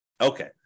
Okay